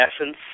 essence